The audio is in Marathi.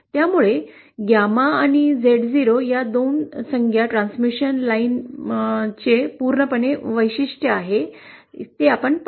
त्यामुळे गॅमा आणि Z0 या दोन संज्ञा ट्रान्समिशन लाईनचे पूर्णपणे वैशिष्ट्य आहे हे आपण पाहू